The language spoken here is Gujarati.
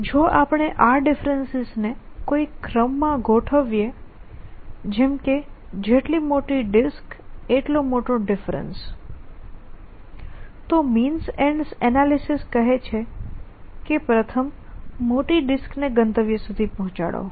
જો આપણે આ ડિફરેન્સિસ ને કોઈ ક્રમ માં ગોઠવીએ જેમ કે જેટલી મોટી ડિસ્ક એટલો મોટો ડિફરેન્સ તો મીન્સ એન્ડ્સ એનાલિસિસ કહે છે કે પ્રથમ મોટી ડિસ્કને ગંતવ્ય સુધી પહોંચાડો